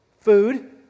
Food